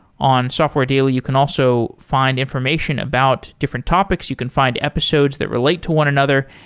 on software daily, you can also find information about different topics. you can find episodes that relate to one another,